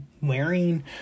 wearing